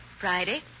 Friday